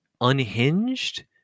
unhinged